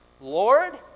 Lord